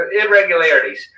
irregularities